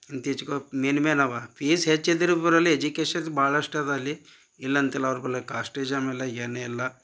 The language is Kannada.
ಮೇಯ್ನ್ ಮೇಯ್ನ್ ಅವ ಪೀಸ್ ಹೆಚ್ಚುದರೂ ಎಜುಕೇಶನ್ ಭಾಳಷ್ಟ್ ಅದ ಅಲ್ಲಿ ಇಲ್ಲಂತಿಲ್ಲ ಏನಿಲ್ಲ